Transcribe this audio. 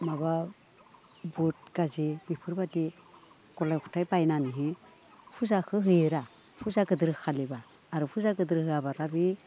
माबा बुद गाजि बेफोरबायदि गलाइ गथाइ बायनानै फुजा होयोरा फुजा गिदिरखालिबा आरो फुजा गिदिर होआबा बे